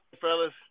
fellas